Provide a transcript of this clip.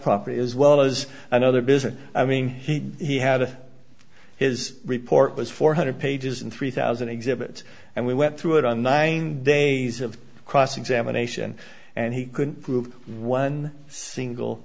property as well as another business i mean he had a his report was four hundred pages and three thousand exhibits and we went through it on nine days of cross examination and he couldn't prove one single